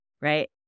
Right